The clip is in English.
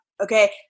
okay